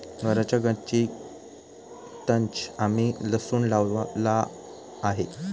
घराच्या गच्चीतंच आम्ही लसूण लावला आहे